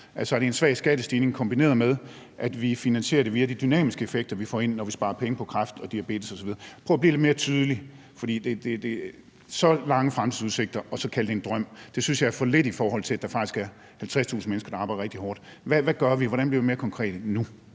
Altså, er det en svag skattestigning, kombineret med at vi finansierer det via de dynamiske effekter, vi får ind, når vi sparer penge på behandlingen af kræft, diabetes osv.? Prøv at blive lidt mere tydelig. At kalde så lange fremtidsudsigter for en drøm er for let, i forhold til at der faktisk er 50.000 mennesker, der arbejder rigtig hårdt. Hvad gør vi? Hvordan bliver vi mere konkrete nu?